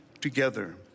together